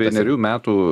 vienerių metų